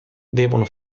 devono